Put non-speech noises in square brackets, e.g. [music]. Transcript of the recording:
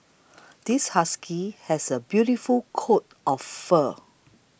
[noise] this husky has a beautiful coat of fur